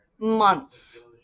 months